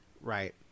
Right